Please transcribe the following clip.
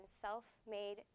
self-made